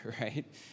right